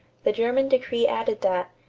the german decree added that,